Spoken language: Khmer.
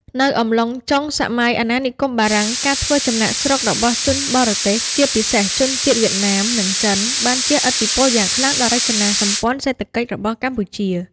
នៅអំឡុងចុងសម័យអាណានិគមបារាំង ការធ្វើចំណាកស្រុករបស់ជនបរទេស ជាពិសេសជនជាតិវៀតណាម និងចិន បានជះឥទ្ធិពលយ៉ាងខ្លាំងដល់រចនាសម្ព័ន្ធសេដ្ឋកិច្ចរបស់កម្ពុជា។